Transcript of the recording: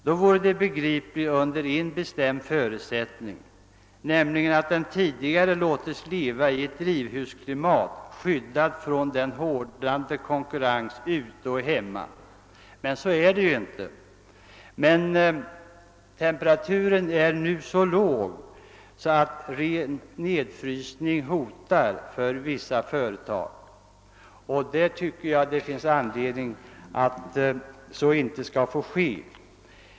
Det vore begripligt under en bestämd förutsättning, nämligen att företagen tidigare fått leva i ett drivhusklimat, skyddade från den hårdnande konkurrensen ute och hemma. Men så är det inte. Temperaturen är nu så låg att nedfrysning hotar vissa företag, och jag anser att man bör förhindra att så sker.